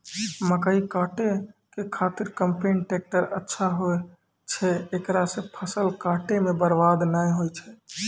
मकई काटै के खातिर कम्पेन टेकटर अच्छा होय छै ऐकरा से फसल काटै मे बरवाद नैय होय छै?